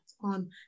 on